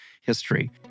history